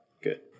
good